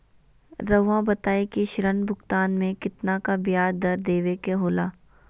रहुआ बताइं कि ऋण भुगतान में कितना का ब्याज दर देवें के होला?